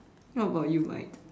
what about you mate